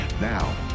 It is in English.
Now